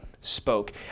spoke